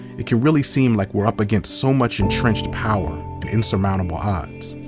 it can really seem like we're up against so much entrenched power insurmountable odds.